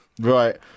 Right